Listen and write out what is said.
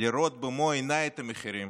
לראות במו עיניי את המחירים.